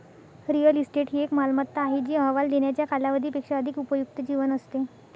real estate ही एक मालमत्ता आहे जी अहवाल देण्याच्या कालावधी पेक्षा अधिक उपयुक्त जीवन असते